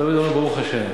אנחנו תמיד אומרים "ברוך השם"